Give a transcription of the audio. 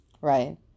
right